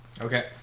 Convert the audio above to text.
okay